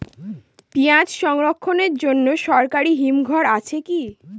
পিয়াজ সংরক্ষণের জন্য সরকারি হিমঘর আছে কি?